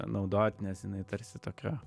naudot nes jinai tarsi tokia